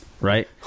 Right